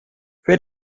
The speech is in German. für